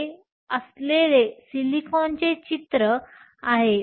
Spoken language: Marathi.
हे Eg या चिन्हाद्वारे दर्शविले जाते त्याला ऊर्जा अंतर किंवा कधीकधी बंध अंतर म्हणतात